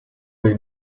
dei